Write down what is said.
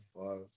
five